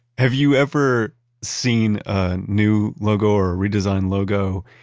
have you ever seen a new logo or a redesigned logo,